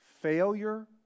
failure